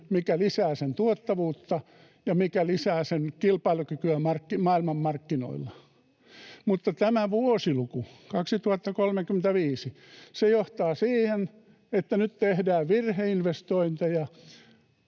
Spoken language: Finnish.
mikä lisää sen tuottavuutta ja mikä lisää sen kilpailukykyä maailmanmarkkinoilla. Mutta tämä vuosiluku, 2035, johtaa siihen, että nyt tehdään virheinvestointeja,